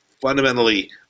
fundamentally